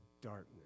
darkness